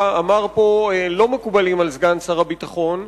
אמר פה לא מקובלים על סגן שר הביטחון,